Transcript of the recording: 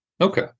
Okay